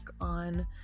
on